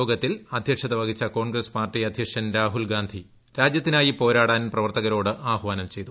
യോട്ടുക്കുതിൽ അദ്ധ്യക്ഷത വഹിച്ച കോൺഗ്രസ്സ് പാർട്ടി അദ്ധ്യക്ഷ്യൻ രാഹുൽ ഗാന്ധി രാജ്യത്തിനായി പോരാടാൻ പ്രവർത്ത്ക്രോട് ആഹ്വാനം ചെയ്തു